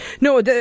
No